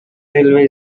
railway